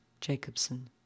Jacobson